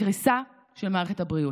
קריסה של מערכת הבריאות.